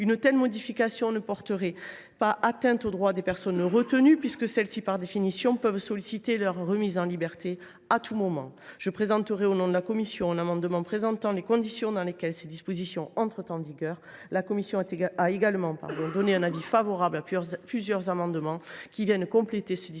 une telle modification ne porterait pas atteinte aux droits des personnes retenues, puisque celles ci peuvent solliciter leur remise en liberté à tout moment. Je vous présenterai, au nom de la commission des lois, un amendement visant à préciser les conditions dans lesquelles ces dispositions entrent en vigueur. La commission a également émis un avis favorable sur plusieurs amendements qui visent à compléter ce dispositif